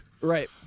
right